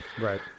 Right